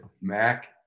Mac